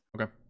Okay